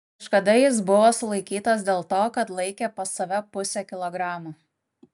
kažkada jis buvo sulaikytas dėl to kad laikė pas save pusę kilogramo